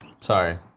Sorry